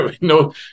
No